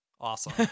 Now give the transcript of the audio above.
Awesome